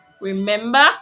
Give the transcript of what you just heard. Remember